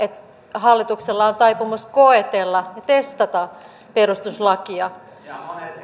hallituksella on taipumus koetella ja testata perustuslakia